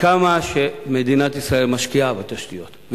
כמה שמדינת ישראל משקיעה ומשקיעה,